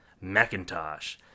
Macintosh